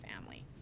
family